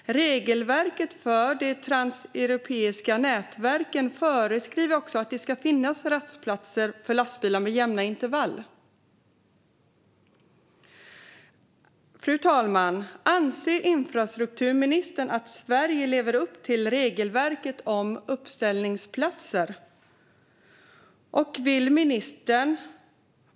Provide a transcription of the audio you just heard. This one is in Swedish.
Regelverket för de transeuropeiska nätverken föreskriver också att det ska finnas rastplatser för lastbilar med jämna intervall. Fru talman! Anser infrastrukturministern att Sverige lever upp till regelverket när det gäller uppställningsplatser?